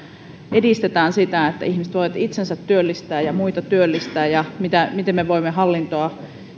edistetään sitä että ihmiset voivat itsensä työllistää ja muita työllistää ja miten voimme hallintoa